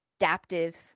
adaptive